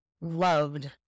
loved